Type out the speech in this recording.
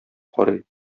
карый